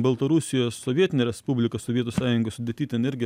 baltarusijos sovietinė respublika sovietų sąjungos sudėty ten irgi